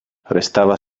restava